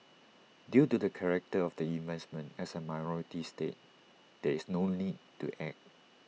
due to the character of the investment as A minority stake there is no need to act